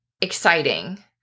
exciting